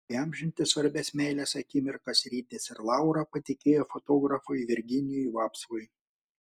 įamžinti svarbias meilės akimirkas rytis ir laura patikėjo fotografui virginijui vapsvai